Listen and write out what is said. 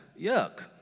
yuck